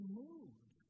moved